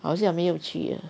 好像没有去 ah